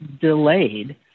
delayed